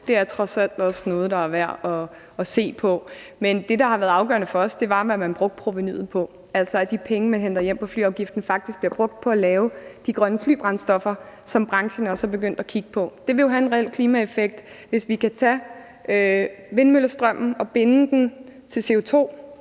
det er trods alt også noget, der er værd at se på. Men det, der har været afgørende for os, var, hvad man brugte provenuet på, altså at de penge, man henter hjem på flyafgiften, faktisk bliver brugt på at lave de grønne flybrændstoffer, som branchen også er begyndt at kigge på. Det vil jo have en reel klimaeffekt, hvis vi kan tage vindmøllestrømmen og binde den til CO2;